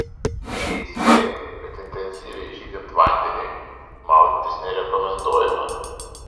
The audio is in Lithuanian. ji įspėjo kad intensyviai žydint vandeniui maudytis nerekomenduojama